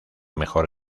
mejor